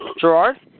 Gerard